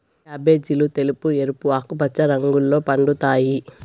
క్యాబేజీలు తెలుపు, ఎరుపు, ఆకుపచ్చ రంగుల్లో పండుతాయి